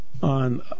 on